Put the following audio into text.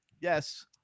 Yes